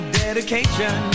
dedication